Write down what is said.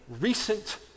recent